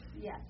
yes